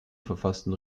verfassten